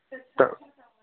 त